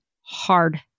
hard